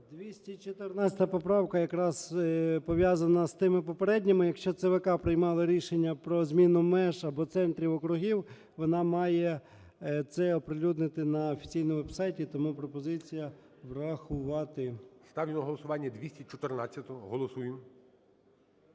214 поправка якраз пов'язана з тими попередніми. Якщо ЦВК приймало рішення про зміну меж або центрів округів, вона має це оприлюднити на офіційному веб-сайті. Тому пропозиція врахувати. ГОЛОВУЮЧИЙ. Ставлю на голосування 214-у. Голосуємо.